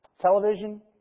Television